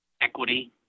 equity